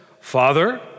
Father